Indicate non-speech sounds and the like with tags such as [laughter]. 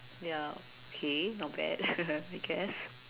ya okay not bad [laughs] I guess